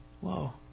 whoa